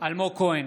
אלמוג כהן,